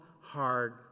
hard